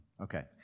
Okay